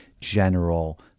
general